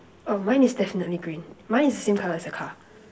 oh mine is definitely green mine is the same color as the car